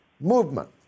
movement